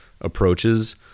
approaches